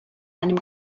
einem